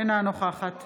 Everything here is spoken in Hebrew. אינה נוכחת